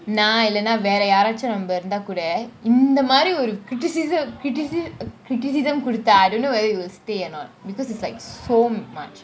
நான் இல்ல வேற யாராச்சி நம்ம இருந்த கூட இந்த மாறி :naan illa vera yaarachi namma iruntha kooda intha maari criticism critici~ criticism குடுத்த :kudutha I don't know whether you will stay or not because it's like so much